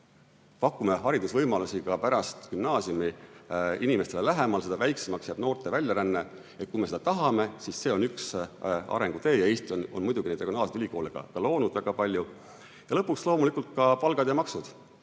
pakume haridusvõimalusi ka pärast gümnaasiumi inimestele lähemal, seda väiksemaks jääb noorte väljaränne. Kui me seda tahame, siis see on üks arengutee. Eesti on muidugi neid regionaalseid ülikoole ka loonud väga palju. Lõpuks loomulikult ka palgad ja maksud.